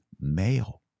male